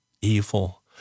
evil